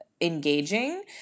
engaging